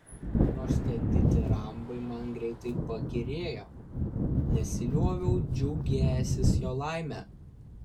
nors tie ditirambai man greitai pakyrėjo nesilioviau džiaugęsis jo laime